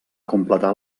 completar